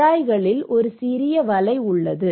குழாய்களில் ஒரு சிறிய வலை உள்ளது